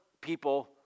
people